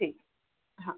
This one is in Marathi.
ठीक हा